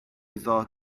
iddo